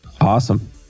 Awesome